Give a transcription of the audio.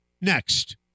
next